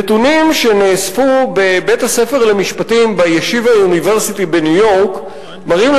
נתונים שנאספו בבית-הספר למשפטים ב"ישיבה יוניברסיטי" בניו-יורק מראים,